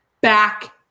back